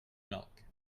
milk